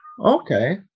okay